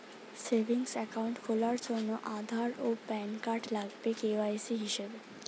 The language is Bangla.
সেভিংস অ্যাকাউন্ট খোলার জন্যে আধার আর প্যান কার্ড লাগবে কে.ওয়াই.সি হিসেবে